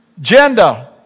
gender